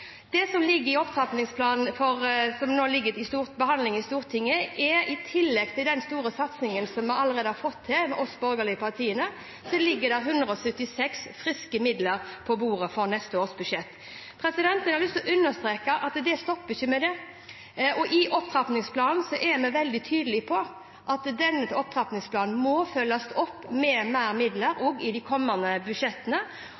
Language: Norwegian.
I opptrappingsplanen som nå er til behandling i Stortinget, ligger det – i tillegg til den store satsingen som vi i de borgerlige partiene allerede har fått til – 176 mill. kr i friske midler på bordet for neste års budsjett. Jeg har lyst til å understreke at det stopper ikke med det. Vi er veldig tydelige på at denne opptrappingsplanen må følges opp med mer midler